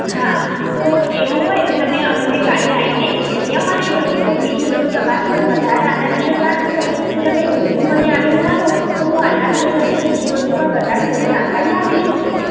હા તો એવું હોય તો તમે અમને કાલે આવીને અહીંયા મશી જજો તો બીજું બધું તમારે કોઈ વધારે એના વિષે જાણવું હોય તો તમે રૂબરૂ મને આવીને મળો તો એના વિષે બીજું બધું પણ વધારે થોડી જાણકારી આપી શકું